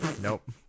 Nope